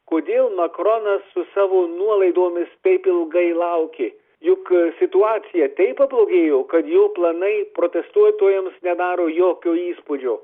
kodėl makronas su savo nuolaidomis taip ilgai laukė juk situacija taip pablogėjo kad jo planai protestuotojams nedaro jokio įspūdžio